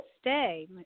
Stay